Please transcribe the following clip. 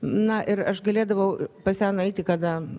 na ir aš galėdavau pas ją nueiti kada